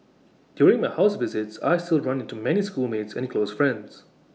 during my house visits I still run into many schoolmates and the close friends